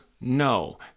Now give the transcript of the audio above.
No